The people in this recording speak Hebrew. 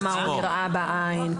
כמה הוא נראה בעין,